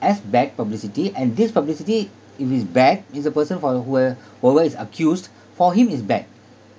as bad publicity and this publicity if it's bad is a person for who were whoever is accused for him it's bad